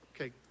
Okay